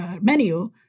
menu